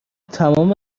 تمام